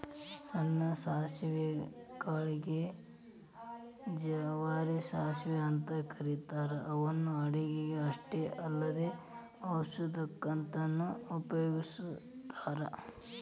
ಸಣ್ಣ ಸಾಸವಿ ಕಾಳಿಗೆ ಗೆ ಜವಾರಿ ಸಾಸವಿ ಅಂತ ಕರೇತಾರ ಇವನ್ನ ಅಡುಗಿಗೆ ಅಷ್ಟ ಅಲ್ಲದ ಔಷಧಕ್ಕಂತನು ಉಪಯೋಗಸ್ತಾರ